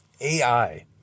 AI